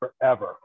forever